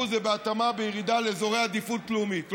ובהתאמה בירידה לאזורי עדיפות לאומית,